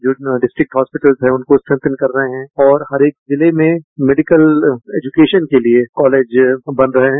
जो डिस्ट्रिक्टहॉस्पीटल्स हैं उनको स्ट्रेन्थेन कर रहे हैं और हरेक जिले में मेडिकल एजुकेशन के लिएकॉलेज बन रहे हैं